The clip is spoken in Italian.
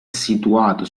situato